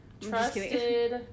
trusted